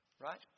Right